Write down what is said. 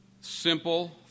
simple